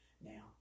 Now